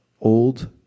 old